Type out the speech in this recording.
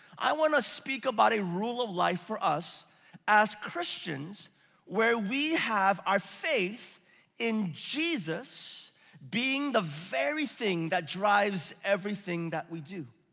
i want to speak about a rule of life for us as christians where we have our faith in jesus being the very thing that drives everything that we do.